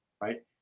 right